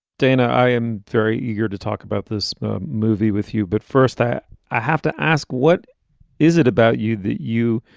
dana, i am very eager to talk about this movie with you, but first that i have to ask, what is it about you that you.